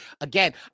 again